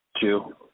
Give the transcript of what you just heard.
Two